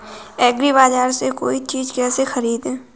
एग्रीबाजार से कोई चीज केसे खरीदें?